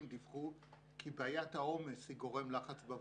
דיווחו כי בעיית העומס היא גורם לחץ בעבודתן.